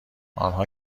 آنها